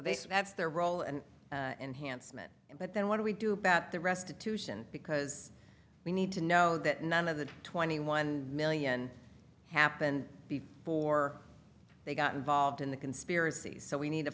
f their role and enhancement but then what do we do about the restitution because we need to know that none of the twenty one million happened before they got involved in the conspiracy so we need to